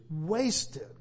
wasted